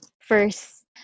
first